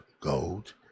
gold